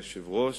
אדוני היושב-ראש,